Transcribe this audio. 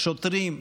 שוטרים,